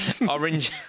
Orange